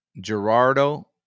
gerardo